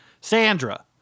Sandra